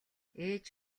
ээж